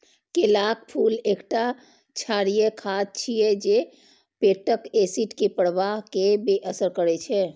केलाक फूल एकटा क्षारीय खाद्य छियै जे पेटक एसिड के प्रवाह कें बेअसर करै छै